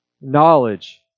knowledge